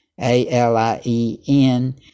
A-L-I-E-N